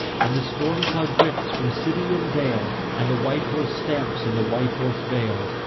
and the storm-cloud drifts from city and dale, and the white horse stamps in the white horse vale,